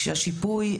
כשהשיפוי,